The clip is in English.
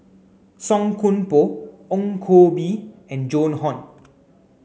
Song Koon Poh Ong Koh Bee and Joan Hon